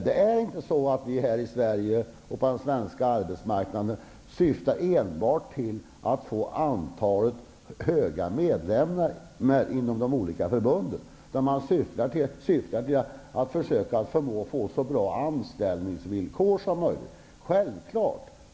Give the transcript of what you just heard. Det är inte så att fackförbunden på den svenska arbetsmarknaden syftar enbart till att få höga medlemstal, utan de syftar till att försöka få så bra anställningsvillkor som möjligt för medlemmarna.